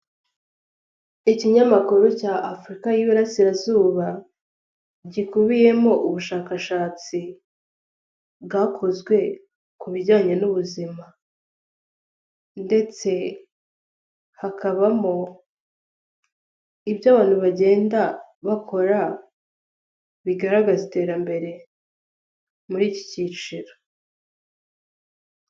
Ikinyamakuru cya afurika y'iburasirazuba gikubiyemo ubushakashatsi bwakozwe ku bijyanye n'ubuzima ndetse hakabamo ibyo abantu bagenda bakora bigaragaza iterambere muri iki cyiciro.